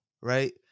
Right